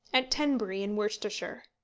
at tenbury in worcestershire.